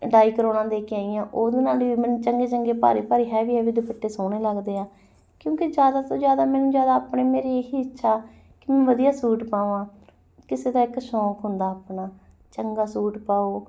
ਡਾਈ ਕਰਾਉਣਾ ਦੇ ਕੇ ਆਈ ਹਾਂ ਉਹਦੇ ਨਾਲ ਵੀ ਮੈਨੂੰ ਚੰਗੇ ਚੰਗੇ ਭਾਰੇ ਭਾਰੇ ਹੈਵੀ ਹੈਵੀ ਦੁਪੱਟੇ ਸੋਹਣੇ ਲੱਗਦੇ ਆ ਕਿਉਂਕਿ ਜ਼ਿਆਦਾ ਤੋਂ ਜ਼ਿਆਦਾ ਮੈਨੂੰ ਜ਼ਿਆਦਾ ਆਪਣੇ ਮੇਰੀ ਇਹ ਹੀ ਇੱਛਾ ਕਿ ਮੈਂ ਵਧੀਆ ਸੂਟ ਪਾਵਾਂ ਕਿਸੇ ਦਾ ਇੱਕ ਸ਼ੌਂਕ ਹੁੰਦਾ ਆਪਣਾ ਚੰਗਾ ਸੂਟ ਪਾਓ